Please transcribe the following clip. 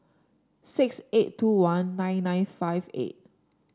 six eight two one nine nine five eight